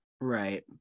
right